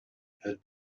had